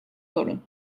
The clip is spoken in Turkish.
sorun